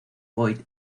boyd